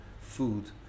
food